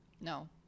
No